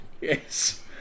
Yes